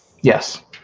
Yes